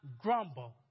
grumble